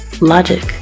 Logic